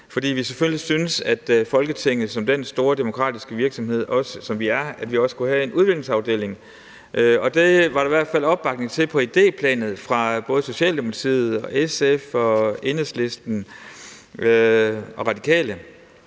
fordi vi selvfølgelig syntes, at man i Folketinget som den store demokratiske virksomhed, som man er, også skulle have en udviklingsafdeling, og det var der i hvert fald opbakning til på idéplanet fra både Socialdemokratiet, SF, Enhedslisten og Radikale,